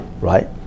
right